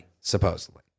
supposedly